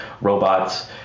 robots